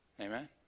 Amen